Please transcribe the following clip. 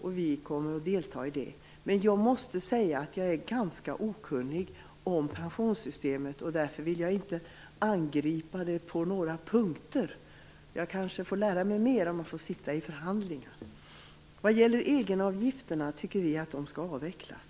som vi kommer att delta i. Men jag måste säga att jag är ganska okunnig om pensionssystemet. Därför vill jag inte angripa det på några punkter. Jag kanske får lära mig mer vid förhandlingarna. Vi tycker att egenavgifterna skall avvecklas.